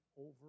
over